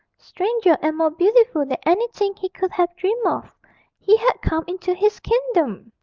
stranger and more beautiful than anything he could have dreamed of he had come into his kingdom!